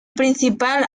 principal